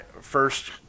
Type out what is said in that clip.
first